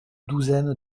douzaine